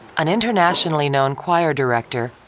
an internationally known choir director,